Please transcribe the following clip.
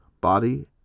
body